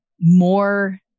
more